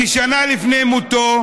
כשנה לפני מותו,